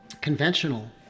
conventional